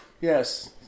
Yes